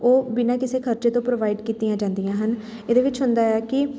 ਉਹ ਬਿਨਾਂ ਕਿਸੇ ਖ਼ਰਚੇ ਤੋਂ ਪ੍ਰੋਵਾਈਡ ਕੀਤੀਆਂ ਜਾਂਦੀਆਂ ਹਨ ਇਹਦੇ ਵਿੱਚ ਹੁੰਦਾ ਹੈ ਕਿ